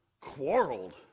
quarreled